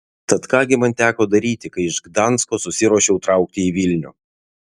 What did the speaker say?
tad ką gi man teko daryti kai iš gdansko susiruošiau traukti į vilnių